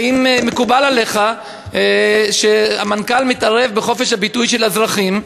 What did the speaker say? האם מקובל עליך שהמנכ"ל מתערב בחופש הביטוי של האזרחים?